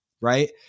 right